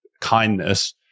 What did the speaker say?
kindness